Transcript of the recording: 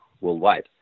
worldwide